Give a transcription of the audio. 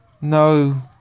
No